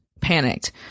panicked